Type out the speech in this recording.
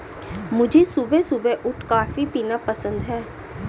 मुझे सुबह सुबह उठ कॉफ़ी पीना पसंद हैं